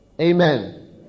Amen